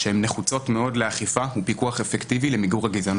שהן נחוצות מאוד לאכיפה ופיקוח אפקטיבי למיגור הגזענות.